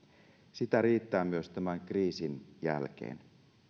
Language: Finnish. sitä riittää myös tämän kriisin jälkeen